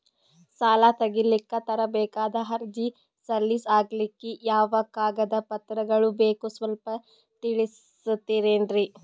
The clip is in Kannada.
ಸಾಲ ತೆಗಿಲಿಕ್ಕ ತರಬೇಕಾದ ಅರ್ಜಿ ಸಲೀಸ್ ಆಗ್ಲಿಕ್ಕಿ ಯಾವ ಕಾಗದ ಪತ್ರಗಳು ಬೇಕು ಸ್ವಲ್ಪ ತಿಳಿಸತಿರೆನ್ರಿ?